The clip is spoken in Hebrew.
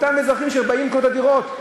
אותם אזרחים שבאים לקנות את הדירות.